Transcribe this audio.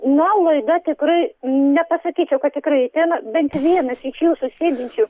na laida tikrai nepasakyčiau kad tikrai į temą bent vienas iš jūsų čia sėdinčių